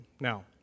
Now